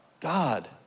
God